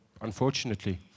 unfortunately